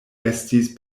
estis